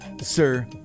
Sir